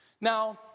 Now